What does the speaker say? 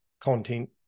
content